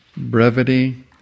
Brevity